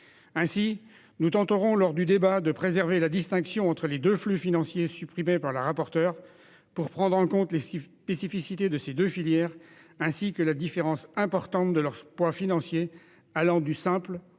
Ainsi, nous tenterons lors du débat de préserver la distinction entre les deux flux financiers, supprimée par la rapporteure, afin de prendre en compte les spécificités de ces deux filières, ainsi que la différence importante de leurs poids financiers, allant du simple au décuple.